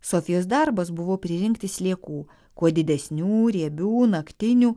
sofijos darbas buvo pririnkti sliekų kuo didesnių riebių naktinių